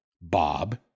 Bob